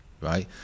right